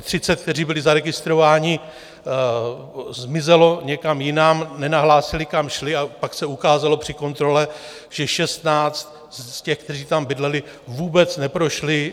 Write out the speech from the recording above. Třicet, kteří byli zaregistrováni, zmizelo někam jinak, nenahlásili, kam šli, a pak se ukázalo při kontrole, že šestnáct z těch, kteří tam bydleli, vůbec neprošli KACPU.